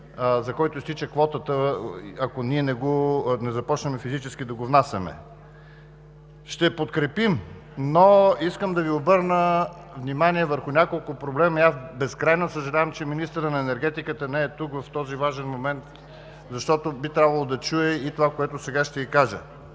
2020 г. изтича квотата, ако ние не започнем физически да го внасяме. Ще подкрепим, но искам да Ви обърна внимание върху няколко проблема. Аз безкрайно съжалявам че министърът на енергетиката не е тук в този важен момент, защото би трябвало да чуе и това, което сега ще кажа.